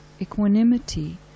Equanimity